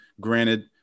Granted